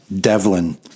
Devlin